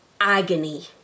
agony